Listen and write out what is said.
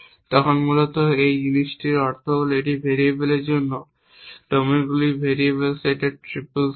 তখন মূলত একই জিনিসটির অর্থ হল এটি ভেরিয়েবলের জন্য ডোমেনগুলির ভেরিয়েবল সেটের ট্রিপল সেট